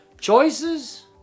choices